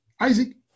Isaac